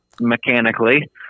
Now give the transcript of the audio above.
mechanically